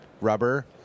rubber